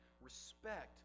respect